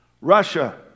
Russia